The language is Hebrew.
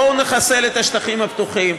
בואו נחסל את השטחים הפתוחים,